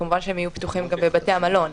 ודאי שיהיו פתוחים גם בבתי המלון,